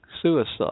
suicide